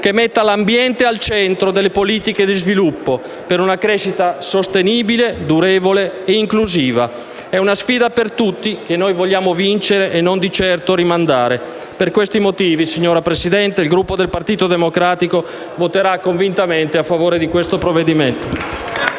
metta l'ambiente al centro delle politiche di sviluppo per una crescita sostenibile, durevole e inclusiva. È una sfida per tutti che noi vogliamo vincere e non di certo rimandare. Per questi motivi, signora Presidente, il Gruppo del Partito Democratico voterà convintamente a favore di questo provvedimento.